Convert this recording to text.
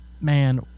man